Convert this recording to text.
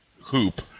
Hoop